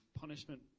punishment